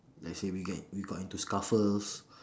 let's say we get we got into scuffles